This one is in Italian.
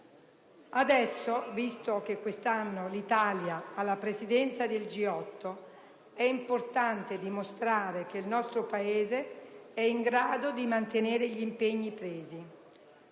Adesso, visto che quest'anno l'Italia ha la Presidenza del G8, è importante dimostrare che il nostro Paese è in grado di mantenere gli impegni presi.